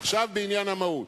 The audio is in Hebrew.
עכשיו בעניין המהות.